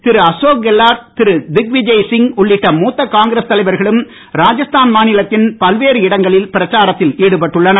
திரு அசோக் கெலோட் திரு திக்விஜய் சிங் உள்ளிட்ட மூத்த காங்கிரஸ் தலைவர்களும் ராஜஸ்தான் மாநிலத்தின் பல்வேறு இடங்களில் பிரச்சாரத்தில் ஈடுபட்டுள்ளனர்